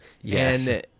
Yes